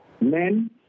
men